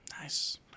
Nice